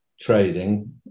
trading